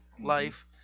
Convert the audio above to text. life